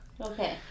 okay